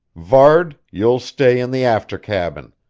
varde, you'll stay in the after cabin.